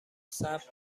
صبر